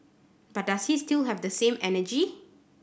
but does he still have the same energy